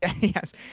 Yes